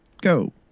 go